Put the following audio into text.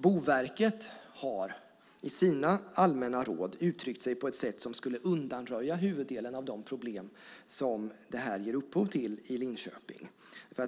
Boverket har i sina allmänna råd uttryckt sig på ett sätt som skulle undanröja huvuddelen av de problem som det här ger upphov till i Linköping.